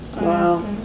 wow